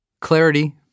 Clarity